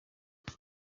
dore